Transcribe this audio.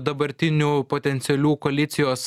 dabartinių potencialių koalicijos